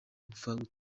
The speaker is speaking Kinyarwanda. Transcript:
gufatwa